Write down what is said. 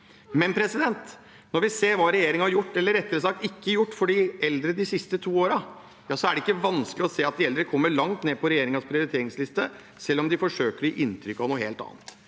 var ferdig. Når vi ser hva regjeringen har gjort – eller rettere sagt ikke har gjort – for de eldre de siste to årene, er det ikke vanskelig å se at de eldre kommer langt ned på regjeringens prioriteringsliste, selv om regjeringen forsøker å gi inntrykk av noe helt annet.